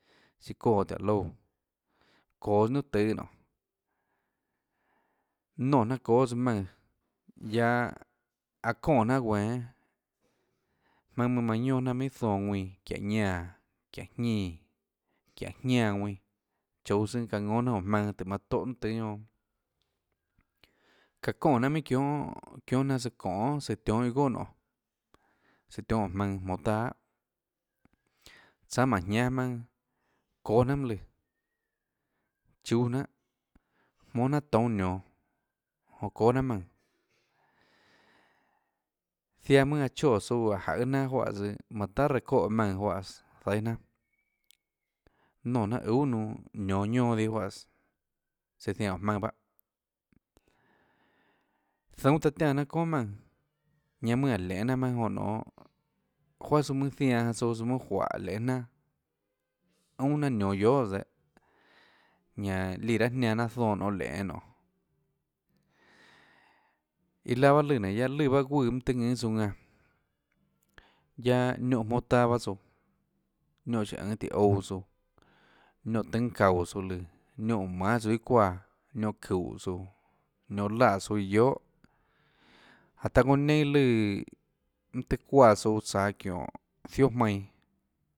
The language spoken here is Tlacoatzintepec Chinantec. Siã çóã tùhå loúã çoås niunà tùâ nonê nonè jnanà çóâ tsøã maùnã guiaâ aã çoè jnanà guenå jmaønâ manã guioà jnanà minhà zonã ðuinã çiáhå ñánã çiáhå jñínã çiáhå jñánã ðuinã chouå tsóâ çaã ðónâ jnanà óå jmaønã tùhå manã tóhå niunà tùâ guionà çaã çoè jnanà minhà çionhâ çionhâ jnanà tsøã çonê tsøã tionhâ iâ goà nionê søã tionhâ óå jmaùnã jmonå taâaa tsánâ máhå jñiánâ maønâ çóâ jnanhà mønâ lùã chúâ jnanhà jmónâ jnanhà toúnâ nionå jonã çóâ jnanhà maùnã ziaã mønâ aã choè tsouã áå jaøê jnanà juáhã tsøã manã tahà reã çóhå maùnã juáhãs zaíâ jnanà nonè jnanà uhà nunã nionå guionâ dihâ juáhãs søã zianã óå jmaønã bahâ zuùnâ taã tiánã jnanà çónà maùnã ñanã mønâ áhå lenê jnanà jmaønâ joã nonê juáà tsøã mønâ zianã tsouã søã mønâ juáhå lenê jnanà únà jnanà nionå guiohàs dehâ ñanã líã raâ jnianã jnanà zonã nonê lenê nonê iã laã bahâ lùã nénå guiaâ lùã bahâ guùã mønâ tøhê ðùnã tsouã ðanã guiaâ niónhã jmónâ taâ pahâ tsouã niónhã síå ønê tíhã ouã tsouã niónhã tùnâ çaúå tsouã lùã niónhã mahê tsouã iã çuáã niónhã çuúhå niónhã laè tsouã iã guiohà jáhå taã çounã neinâ lùã mønâ tøhê çuáã tsouã tsaå çiónhå zioà jmainã.